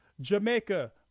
Jamaica